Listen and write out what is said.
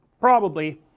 probably,